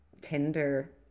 Tinder